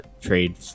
trade